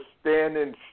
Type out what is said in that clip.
standing